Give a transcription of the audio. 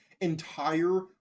entire